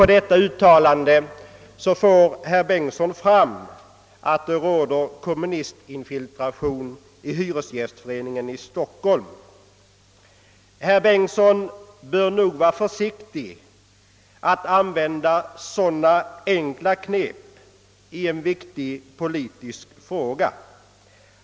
Av detta uttalande får herr Bengtson i Solna fram att det förekommer kommunistinfiltration i hyresgästföreningen i Stockholm. Herr Bengtson i Solna bör nog vara försiktig med att använda så enkla knep i en viktig politisk fråga.